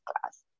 class